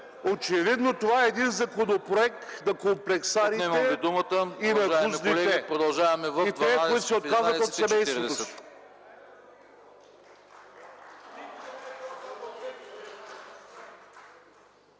Очевидно това е един законопроект на комплексарите и на службите, и на тия, които се отказват от семейството